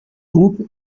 groupe